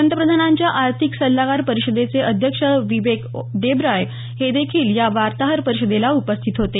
पंतप्रधानांच्या आर्थिक सछ्छागार परिषदेचे अध्यक्ष बिबेक देबरॉय हे देखील या वार्ताहर परिषदेला उपस्थित होते